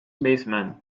baseman